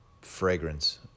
fragrance